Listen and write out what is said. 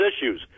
issues